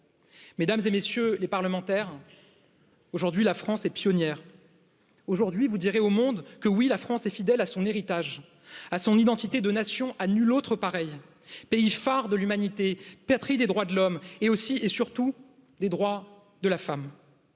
mesdames et messieurs les parlementaires aujourd'hui la france est pionnière aujourd'hui vous direz la France est fidèle à son héritage, à son identité de nation à nulle autre pareille pays phare de l'humanité Patrie des droits de l'homme et aussi et surtout des droits de la femme